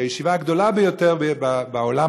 שהיא הישיבה הגדולה ביותר בעולם,